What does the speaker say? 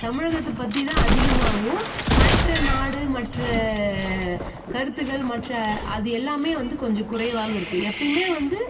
தமிழகத்தை பற்றிதான் அதிகமாகவும் மற்ற நாடு மற்ற கருத்துகள் மற்ற அது எல்லாமே வந்து கொஞ்சம் குறைவாக இருக்கும் எப்பயுமே வந்து